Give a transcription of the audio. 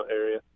area